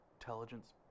intelligence